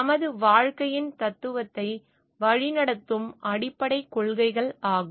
நமது வாழ்க்கையின் தத்துவத்தை வழிநடத்தும் அடிப்படைக் கொள்கைகள் ஆகும்